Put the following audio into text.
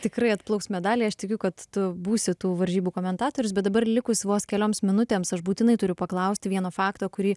tikrai atplauks medaliai aš tikiu kad tu būsi tų varžybų komentatorius bet dabar likus vos kelioms minutėms aš būtinai turiu paklausti vieno fakto kurį